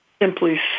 simply